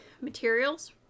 materials